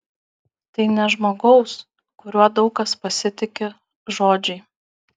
tai ne žmogaus kuriuo daug kas pasitiki žodžiai